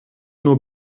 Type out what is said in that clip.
nur